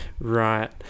right